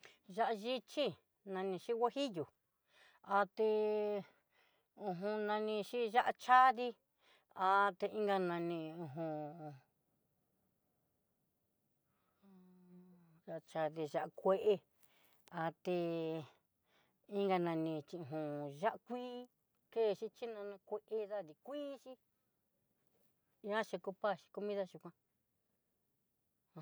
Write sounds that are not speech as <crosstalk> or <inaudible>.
Ya'á yichi nani xhí huajillo, até nani xhi ya'á chadi <hesitation> inga nani uju- ya'á chadi, ya'á kué até inga nini ya'á kuii ke chí xhinana kué dadi kuii xhí ihá xhi kupa comida xhikuan.